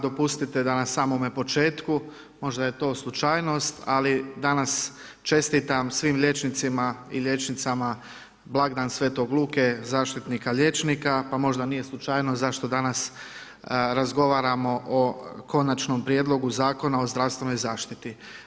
Dopustite da na samome početku možda je to slučajnost, ali danas čestitam svim liječnicima i liječnicama blagdan Svetog Luke zaštitnika liječnika, pa možda nije slučajnost zašto danas razgovaramo o konačnom prijedlogu Zakona o zdravstvenoj zaštiti.